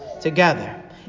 together